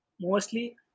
mostly